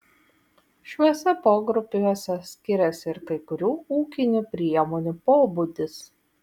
šiuose pogrupiuose skiriasi ir kai kurių ūkinių priemonių pobūdis